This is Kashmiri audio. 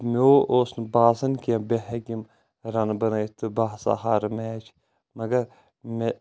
مےٚ اوس نہٕ باسان کیٚنٛہہ بہٕ ہیٚکہٕ یِم رنہٕ بنٲیتھ تہٕ بہٕ ہسا ہارٕ میچ مگر مےٚ